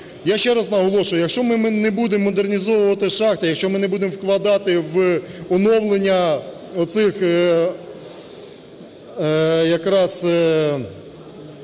Я ще раз наголошую, якщо ми не будемо модернізовувати шахти, якщо ми не будемо вкладати в оновлення оцього якраз